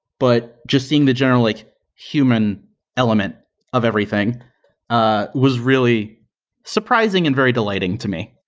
but just seeing the general like human element of everything ah was really surprising and very delighting to me.